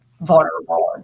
vulnerable